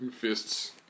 fists